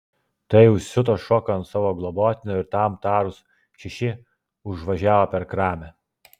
tai užsiuto šoko ant savo globotinio ir tam tarus šeši užvažiavo per kramę